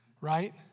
Right